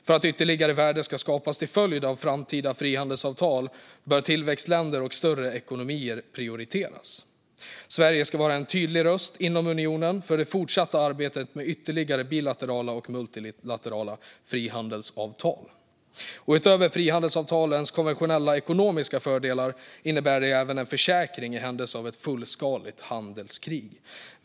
För att ytterligare värde ska skapas till följd av framtida frihandelsavtal bör tillväxtländer och större ekonomier prioriteras. Sverige ska vara en tydlig röst inom unionen för det fortsatta arbetet med ytterligare bilaterala och multilaterala frihandelsavtal. Utöver frihandelsavtalens konventionella ekonomiska fördelar innebär det även en försäkring i händelse av ett fullskaligt handelskrig.